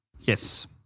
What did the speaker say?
Yes